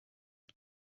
die